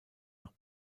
nach